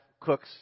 cooks